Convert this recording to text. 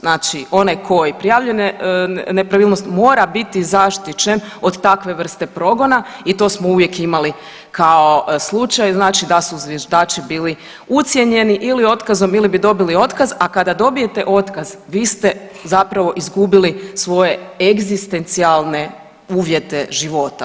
Znači onaj tko je prijavio nepravilnost mora biti zaštićen od takve vrste progona i to smo uvijek imali kao slučaj znači da su zviždači bili ucijenjeni ili otkazom ili bi dobili otkaz, a kada dobijete otkaz vi ste zapravo izgubili svoje egzistencijalne uvjete života.